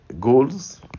goals